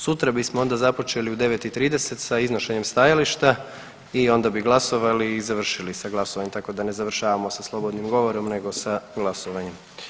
Sutra bismo onda započeli u 9,30 sa iznošenjem stajališta i onda bi glasovali i završili sa glasovanjem, tako da ne završavamo sa slobodnim govorom, nego sa glasovanjem.